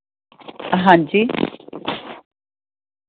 ਹਾਂਜੀ